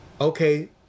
Okay